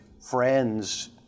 friends